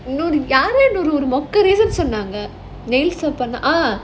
no need nails மொக்க சொன்னாங்க:mokka sonnaanga ah